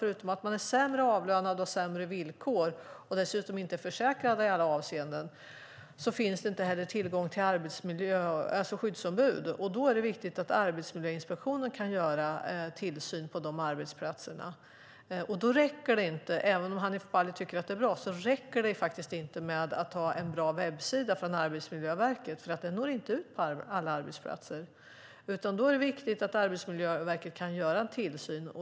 Förutom att man är sämre avlönad, har sämre villkor och dessutom inte är försäkrad i alla avseenden finns det inte heller tillgång till skyddsombud. Då är det viktigt att Arbetsmiljöinspektionen kan bedriva tillsyn på de arbetsplatserna. Även om Hanif Bali tycker att det är bra räcker det faktiskt inte med att ha en bra webbsida från Arbetsmiljöverket, för den når inte ut på alla arbetsplatser. Det är i stället viktigt att Arbetsmiljöverket kan bedriva tillsyn.